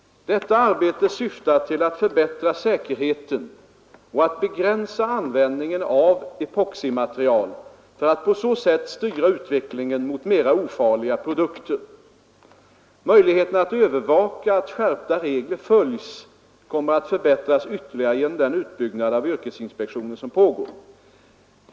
Detta arbete syftar till att förbättra säkerheten och att begränsa användningen av epoximaterial för att på så sätt styra utvecklingen mot mera ofarliga produkter. Möjligheterna att övervaka att skärpta regler följs kommer att förbättras ytterligae genom den utbyggnad av yrkesinspektionen som pågår.